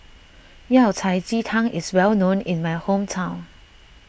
Yao Cai Ji Tang is well known in my hometown